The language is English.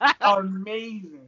Amazing